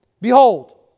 Behold